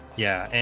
yeah. and